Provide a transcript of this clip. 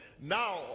Now